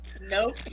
Nope